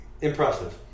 Impressive